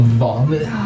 vomit